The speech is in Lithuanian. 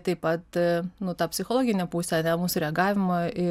taip pat nu ta psichologinė pusė ane mūsų reagavimo į